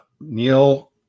Neil